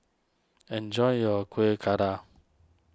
enjoy your Kuih Kadar